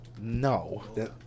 no